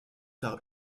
par